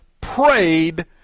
prayed